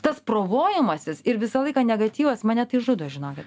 tas provojimasis ir visą laiką negatyvas mane tai žudo žinokit